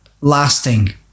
lasting